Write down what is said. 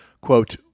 quote